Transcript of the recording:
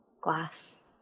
Glass